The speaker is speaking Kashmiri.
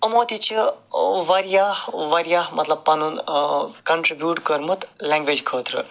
یِمو تہِ چھِ واریاہ واریاہ مطلب پَنُن کَنٹِرٛبیوٗٹ کوٚرمُت لٮ۪نٛگویج خٲطرٕ